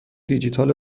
دیجیتال